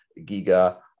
giga